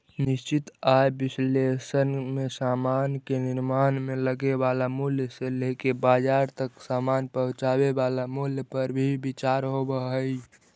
निश्चित आय विश्लेषण में समान के निर्माण में लगे वाला मूल्य से लेके बाजार तक समान पहुंचावे वाला मूल्य पर भी विचार होवऽ हई